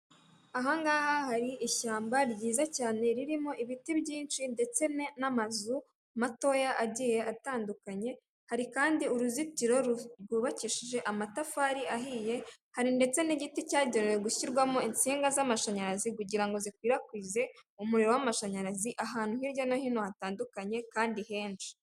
Aha ngaha hari ishyamba ryiza cyane ririmo ibiti byinshi ndetse n'amazu matoya agiye atandukanye, hari kandi uruzitiro rwubakishije amatafari ahiye, hari ndetse n'igiti cyagenewe gushyirwamo insinga z'amashanyarazi kugira ngo zikwirakwize umuriro w'amashanyarazi ahantu hirya no hino hatandukanye kandi henshi.